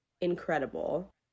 incredible